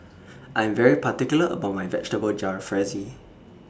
I'm very particular about My Vegetable Jalfrezi